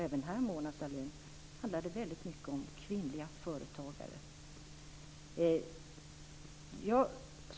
Även här, Mona Sahlin, handlar det väldigt mycket om kvinnliga företagare.